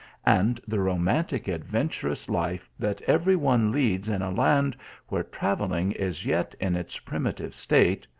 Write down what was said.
and the romantic, adventurous life that every one leads in a land where travelling is yet in its prim itive state,